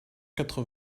quatre